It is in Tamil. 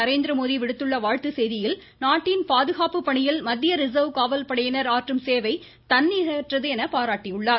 நரேந்திரமோடி விடுத்துள்ள வாழ்த்துச்செய்தியில் நாட்டின் பாதுகாப்பு பணியில் மத்திய ரிசர்வ் காவல்படையினர் ஆற்றும் சேவை தன்னிகரற்றது என பாராட்டியுள்ளார்